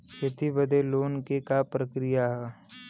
खेती बदे लोन के का प्रक्रिया ह?